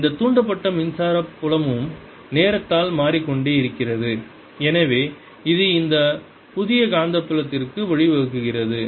|E|inducedl|B| இந்த தூண்டப்பட்ட மின்சார புலமும் நேரத்தால் மாறிக்கொண்டே இருக்கிறது எனவே இது இந்த புதிய காந்தப்புலத்திற்கு வழிவகுக்கிறது